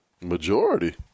Majority